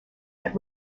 that